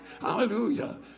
Hallelujah